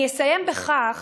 אני אסיים בכך